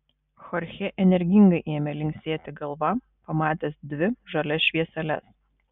chorchė energingai ėmė linksėti galva pamatęs dvi žalias švieseles